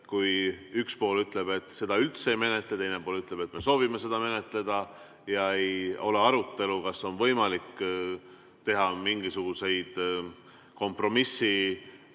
kui üks pool ütleb, et seda üldse ei peaks menetlema, teine pool ütleb, et me soovime seda menetleda, ning ei ole arutelu, kas on võimalik teha mingisuguseid